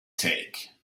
take